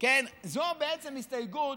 זו בעצם הסתייגות